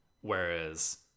Whereas